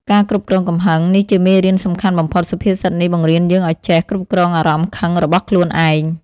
ការគ្រប់គ្រងកំហឹង នេះជាមេរៀនសំខាន់បំផុត សុភាសិតនេះបង្រៀនយើងឲ្យចេះ គ្រប់គ្រងអារម្មណ៍ខឹង របស់ខ្លួនឯង។